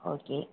okay